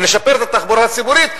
ונשפר את התחבורה הציבורית,